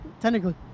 technically